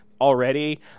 already